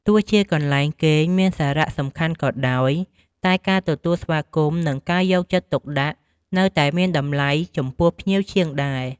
ទោះជាកន្លែងគេងមានសារៈសំខាន់ក៏ដោយ តែការទទួលស្វាគមន៍ និងការយកចិត្តទុកដាក់នៅតែមានតម្លៃចំពោះភ្ញៀវជាងដែរ។